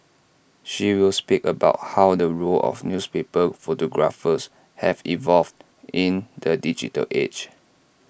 she will speak about how the role of newspaper photographers has evolved in the digital age